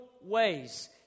ways